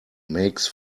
makes